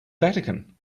vatican